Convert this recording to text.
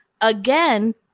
again